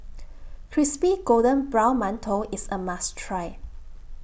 Crispy Golden Brown mantou IS A must Try